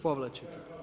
Povlači.